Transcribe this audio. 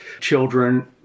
children